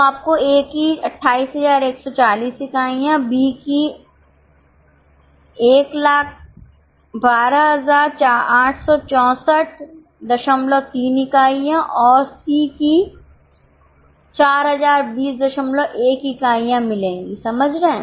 तो आपको A की 28140 इकाइयाँ B की 128643 इकाइयाँ और C की 40201 इकाइयाँ मिलेंगी समझ रहे हैं